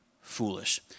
foolish